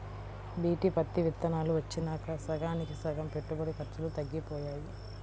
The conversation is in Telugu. బీటీ పత్తి విత్తనాలు వచ్చినాక సగానికి సగం పెట్టుబడి ఖర్చులు తగ్గిపోయాయి